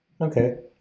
okay